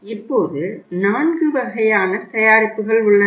இப்போது நான்கு வகையான தயாரிப்புகள் உள்ளன